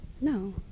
No